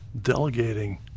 delegating